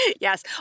Yes